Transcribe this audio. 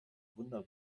wunder